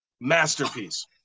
masterpiece